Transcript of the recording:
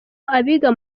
abiga